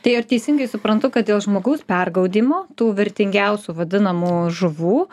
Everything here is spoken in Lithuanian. tai ar teisingai suprantu kad dėl žmogaus pergaudymo tų vertingiausių vadinamų žuvų